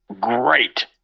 Great